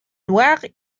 noires